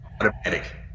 automatic